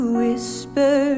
whisper